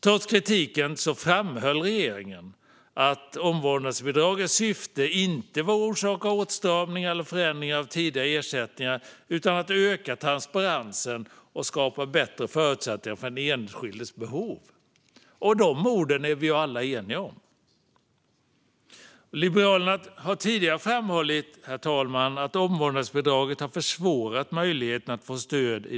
Trots kritiken framhöll regeringen att omvårdnadsbidragets syfte inte var att orsaka åtstramningar eller förändringar av tidigare ersättningar utan att öka transparensen och skapa bättre förutsättningar för den enskildes behov. De orden är vi ju alla eniga om. Liberalerna har tidigare framhållit, herr talman, att omvårdnadsbidraget och det nya systemet försvårat möjligheten att få stöd.